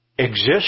Exist